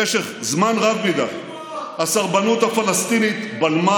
במשך זמן רב מדי הסרבנות הפלסטינית בלמה